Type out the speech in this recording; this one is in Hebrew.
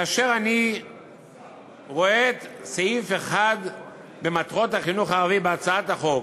כאשר אני רואה את סעיף (1) במטרות החינוך הערבי בהצעת החוק,